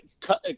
Cut